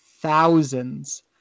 thousands